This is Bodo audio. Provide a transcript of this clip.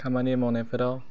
खामानि मावनायफोराव